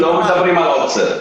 על עוצר.